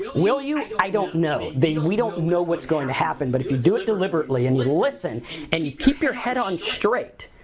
will you, i don't know. we don't know what's going to happen but if you do it deliberately and listen and you keep your head on straight,